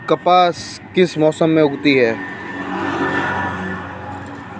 कपास किस मौसम में उगती है?